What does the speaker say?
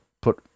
put